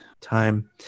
time